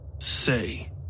say